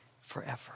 forever